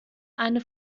eine